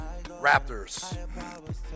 Raptors